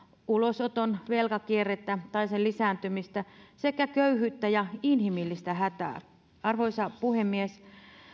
ulosoton velkakierrettä tai sen lisääntymistä sekä köyhyyttä ja inhimillistä hätää arvoisa puhemies